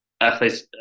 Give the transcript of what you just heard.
athletes